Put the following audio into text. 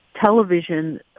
television